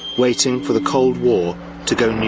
waiting for the cold war to go